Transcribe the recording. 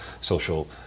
social